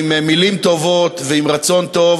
עם מילים טובות ועם רצון טוב